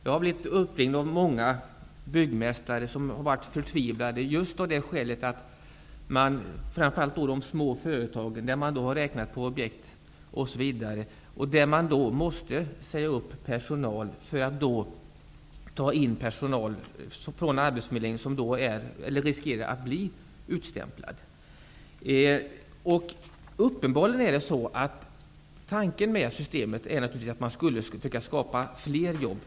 Jag har blivit uppringd av många byggmästare, framför allt småföretagare, som har varit förtvivlade just av det skälet att de har räknat på objekt osv. och kommit fram till att de måste säga upp personal för att i stället ta in personal från arbetsförmedlingen som riskerar att bli utstämplad. Tanken med systemet är uppenbarligen att man skall försöka skapa fler jobb.